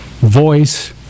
voice